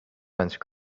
unscrew